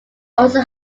also